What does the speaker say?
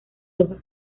hojas